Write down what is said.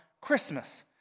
Christmas